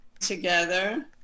together